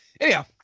anyhow